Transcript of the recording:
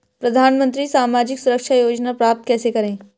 प्रधानमंत्री सामाजिक सुरक्षा योजना प्राप्त कैसे करें?